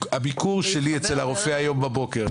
הביקור שלי אצל הרופא היום בבוקר,